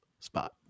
spot